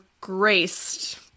graced